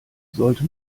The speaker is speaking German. sollte